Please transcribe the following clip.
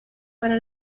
para